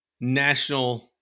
national